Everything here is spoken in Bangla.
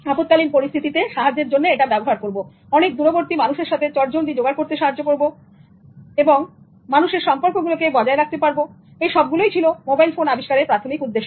আপৎকালীন পরিস্থিতিতে সাহায্যের জন্য এটা ব্যবহার করব অনেক দূরবর্তী মানুষের সাথে চটজলদি যোগাযোগ করতে সাহায্য করবে এবং মানুষের সম্পর্কগুলোকে বজায় রাখতে পারব এসবগুলো ছিল মোবাইল ফোন আবিষ্কারের প্রাথমিক উদ্দেশ্য